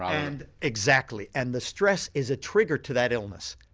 um and exactly and the stress is a trigger to that illness.